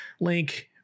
link